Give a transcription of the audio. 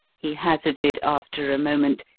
he hazarded after a moment,